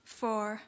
four